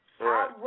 right